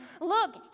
Look